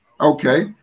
Okay